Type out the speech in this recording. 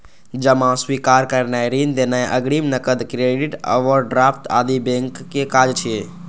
जमा स्वीकार करनाय, ऋण देनाय, अग्रिम, नकद, क्रेडिट, ओवरड्राफ्ट आदि बैंकक काज छियै